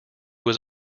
was